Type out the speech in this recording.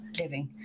living